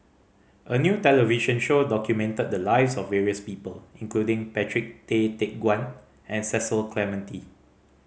a new television show documented the lives of various people including Patrick Tay Teck Guan and Cecil Clementi